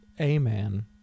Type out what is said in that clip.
Amen